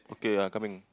okay ah coming